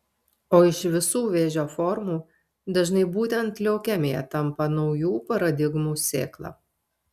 o iš visų vėžio formų dažnai būtent leukemija tampa naujų paradigmų sėkla